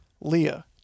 Leah